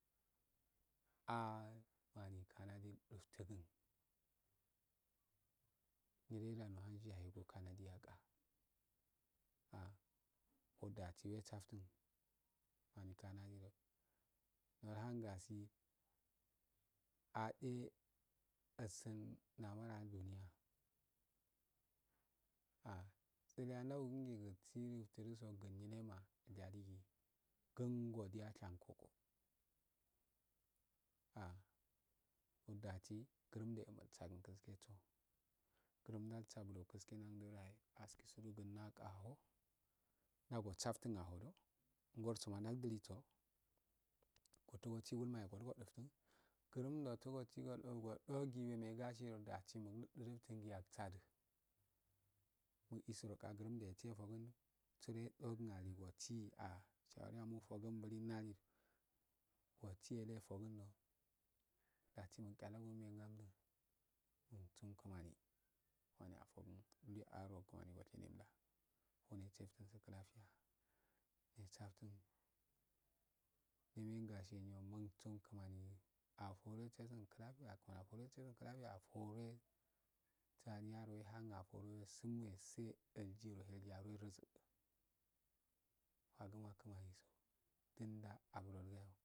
Ah mani kanadiuftedh nyile da no hunsi yay bo kanadi ako ah dasi wek saften mani kanadi do, nel hun gasi atse ulsun namar ah duniya, ah sran nau guru sif dunu gu nyile ma yaligi kun ediya shako ko, dasi gurum do eh mulkaku gaskaya so gurum ndan ka bulese yuske nadoa ya eh askisu do naka ha na oh saften ahodo gorsoma ndau diliso odili osi lol mayo odo odeften gurum di osi odo gu wure me gasi we sften do giya odsate usi ani ah sawari mufoke nali, do osi ele foken do dasi nuk chalago muk mehe ngamdu mun tsu kumani, kumaniafoken aro kumani achenellla were mne gasi klafiya, afore saniya ro we sum we se ul jne he fagum so aburel ga